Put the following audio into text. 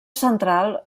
central